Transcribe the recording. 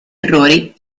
errori